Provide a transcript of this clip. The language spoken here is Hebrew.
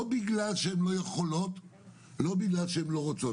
לא בגלל שהן לא יכולות ולא בגלל שהן לא רוצות.